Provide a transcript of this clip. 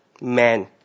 Man